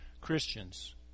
Christians